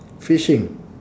fishing